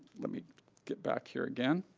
let me get back here again.